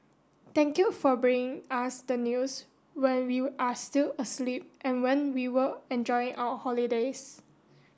thank you for bringing us the news when we are still asleep and when we were enjoying our holidays